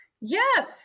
Yes